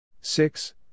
Six